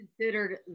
considered